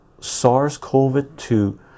SARS-CoV-2